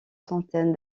centaines